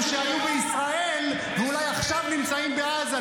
לכאלה שהיו בישראל ואולי עכשיו נמצאים בעזה,